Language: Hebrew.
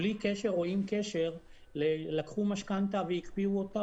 בלי קשר או עם קשר ללקחו משכנתא והקפיאו אותה,